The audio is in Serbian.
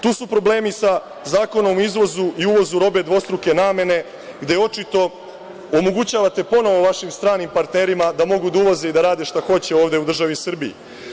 Tu su problemi sa zakonom o uvozu i izvozu robe dvostruke namene gde očito omogućavate ponovo vašim stranim partnerima da mogu da uvoze i da rade šta hoće ovde u državi Srbiji.